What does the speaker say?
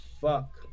fuck